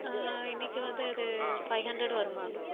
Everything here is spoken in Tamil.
இன்னைக்கி வந்து அது ஃபைவ் ஹண்ட்ரட் வரும் மேம்